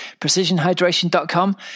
PrecisionHydration.com